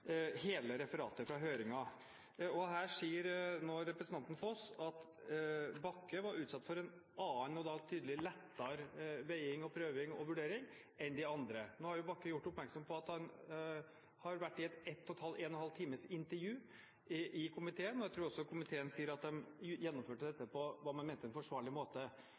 hele referatet fra høringen. Nå sier representanten Foss at Bakke var utsatt for en annen og da tydelig lettere veiing, prøving og vurdering enn de andre. Nå har Bakke gjort oppmerksom på at han har vært intervjuet i en og en halv time i komiteen, og jeg tror også komiteen sier at de gjennomførte dette på hva man mente var en forsvarlig måte.